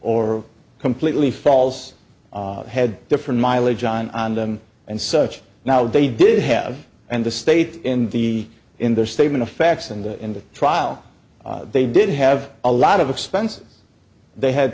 or completely false had different mileage on them and such now they did have and the state in the in their statement of facts and in the trial they did have a lot of expenses they had